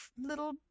little